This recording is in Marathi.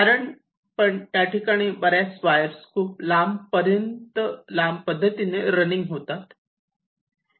कारण पण त्या ठिकाणी बऱ्याच वायर्स खूप लांब पद्धतीने रनिंग होतात